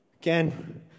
again